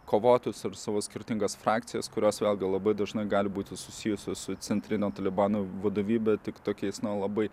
kovotojus ir savo skirtingas frakcijas kurios vėlgi labai dažnai gali būti susijusios su centrinio talibano vadovybe tik tokiais na labai